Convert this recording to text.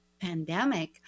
pandemic